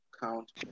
Count